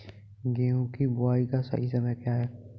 गेहूँ की बुआई का सही समय क्या है?